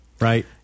right